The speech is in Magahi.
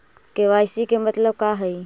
के.वाई.सी के मतलब का हई?